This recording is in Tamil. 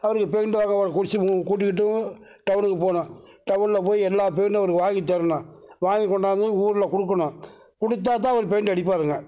அவருக்கு பெயிண்ட் வாங்கி குடிச்சி கூட்டிக்கிட்டு டவுனுக்கு போகணும் டவுனில் போய் எல்லா பெயிண்ட்டும் அவருக்கு வாங்கித்தரணும் வாங்கிக்கொண்டாந்து ஊரில் கொடுக்கணும் கொடுத்தா தான் அவர் பெயிண்ட் அடிப்பாருங்க